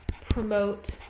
promote